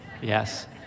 Yes